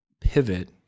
pivot